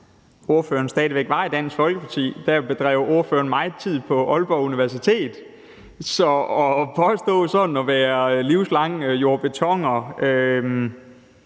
da han stadig væk var i Dansk Folkeparti, bedrev meget tid på Aalborg Universitet, så at påstå sådan at være livslang jord- og